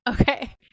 Okay